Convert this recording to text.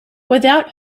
without